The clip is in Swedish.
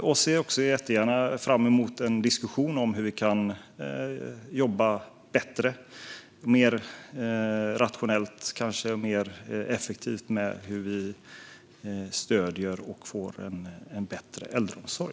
Vi ser jättegärna fram emot en diskussion om hur vi kan jobba bättre och kanske mer rationellt och effektivt med hur vi stöder och får en bättre äldreomsorg.